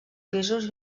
pisos